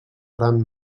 gran